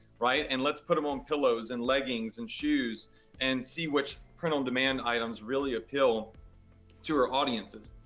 right, and let's put them on pillows and leggings and shoes and see which print-on-demand items really appeal to our audiences.